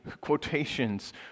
quotations